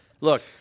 look